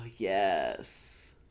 Yes